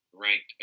Ranked